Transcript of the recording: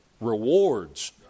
rewards